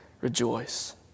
Rejoice